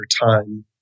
time